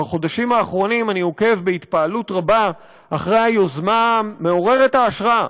בחודשים האחרונים אני עוקב בהתפעלות רבה אחרי היוזמה מעוררת ההשראה